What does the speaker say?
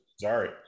Sorry